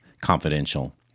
confidential